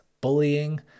bullying